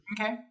Okay